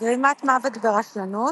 גרימת מוות ברשלנות,